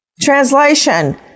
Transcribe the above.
Translation